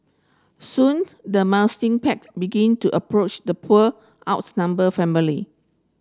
soon the pack began to approach the poor outnumbered family